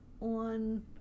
on